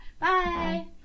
Bye